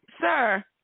Sir